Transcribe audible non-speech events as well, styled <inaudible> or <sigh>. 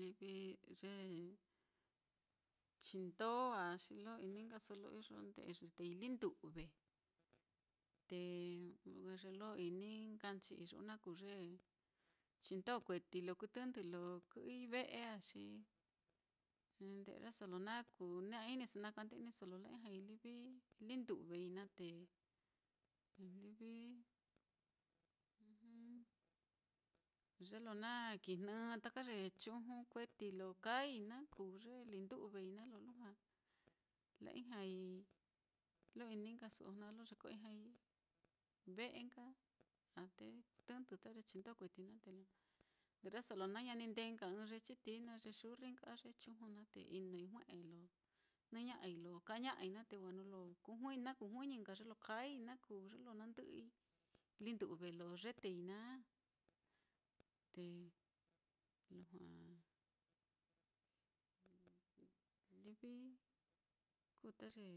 Livi ye chindo á, xi lo ini nkaso lo iyo nde'e yetei lindu've, te ye lo ini nkachi iyu'u naá kuu ye chindo kueti lo ku tɨndɨ lo kɨ'ɨi ve'e á, xi nde'yaso lo naá na kuna-iniso lo na kande-iniso lo na la-ijñai lindu'vei naá te livi <hesitation> ye lo na kijni taka ye chuju kueti lo kaai naá, kuu ye lindu'vei naá, lo lujua la-ijñai lo ini nkasu ojna lo ye ko-ijñai, ve'e nka á te tɨndɨ nka ta ye chindo kueti naá, te lo nde'yaso lo na ñani ndee nka ɨ́ɨ́n ye chitií naá, ye xurri nka, a ye chuju naá te inoi jue'e lo jnɨ ña'ai lo kaa ña'ai naá, te wa nuu lo ku- <hesitation> na ku juiñi ye lo kaai naá kuu ye lo na ndɨ'ɨi lindu've lo yetei naá, te lujua livi kuu ta ye